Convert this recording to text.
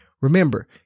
Remember